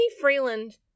Freeland